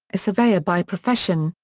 a surveyor by profession,